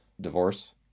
divorce